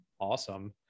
Awesome